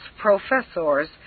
professors